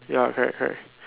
ya correct correct